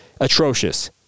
atrocious